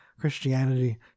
Christianity